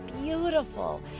beautiful